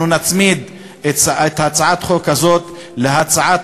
ואנחנו נצמיד את הצעת החוק הזאת להצעת